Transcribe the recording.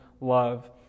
love